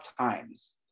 times